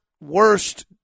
worst